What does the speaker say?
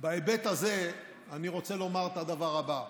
בהיבט הזה אני רוצה לומר את הדבר הבא: